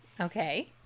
okay